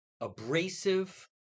abrasive